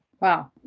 Wow